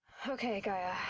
okay gaia, ah,